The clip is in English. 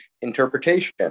interpretation